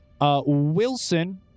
Wilson